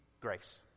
grace